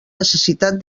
necessitat